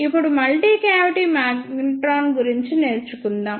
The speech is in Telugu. ఇప్పుడు మల్టీ క్యావిటీ మాగ్నెట్రాన్ గురించి నేర్చుకుందాం